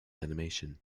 animation